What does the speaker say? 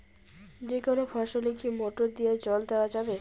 যেকোনো ফসলে কি মোটর দিয়া জল দেওয়া যাবে?